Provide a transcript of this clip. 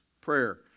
prayer